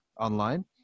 online